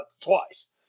twice